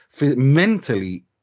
mentally